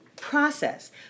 process